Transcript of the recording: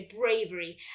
bravery